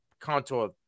contour